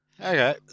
Okay